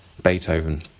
Beethoven